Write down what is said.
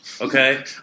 Okay